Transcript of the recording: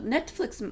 Netflix